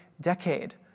decade